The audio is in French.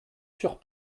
sur